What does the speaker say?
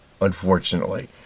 unfortunately